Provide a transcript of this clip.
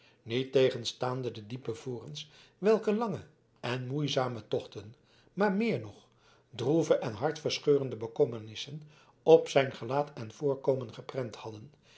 niettegenstaande de diepe vorens welke lange en moeizame tochten maar meer nog droeve en hartverscheurende bekommernissen op zijn gelaat en voorkomen geprent hadden